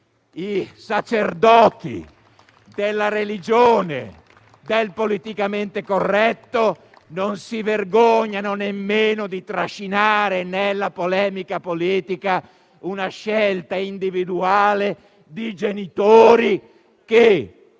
I sacerdoti della religione del politicamente corretto non si vergognano nemmeno di trascinare nella polemica politica una scelta individuale di genitori che,